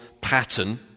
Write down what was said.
pattern